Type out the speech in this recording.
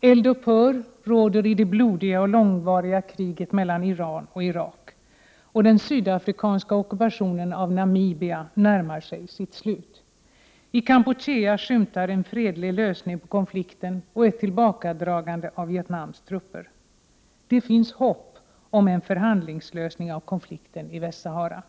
Eldupphör råder i det blodiga och långvariga kriget mellan Iran och Irak, och den sydafrikanska ockupationen av Namibia närmar sig sitt slut. I Kampuchea skymtar en fredlig lösning på konflikten och ett tillbakadragande av Vietnams trupper. Det finns hopp om en förhandlingslösning av konflikten i Västsahara.